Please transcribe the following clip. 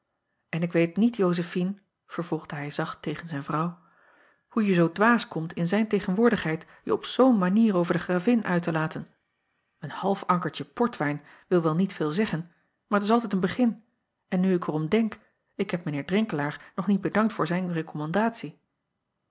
en ik weet niet ozefine vervolgde hij zacht tegen zijne vrouw hoe je zoo dwaas komt in zijn tegenwoordigheid je op zoo n manier over de ravin uit te laten en half ankertje portwijn wil wel niet veel zeggen maar t is altijd een begin en nu ik er om denk ik heb mijn eer renkelaer nog niet bedankt voor zijn